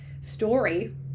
story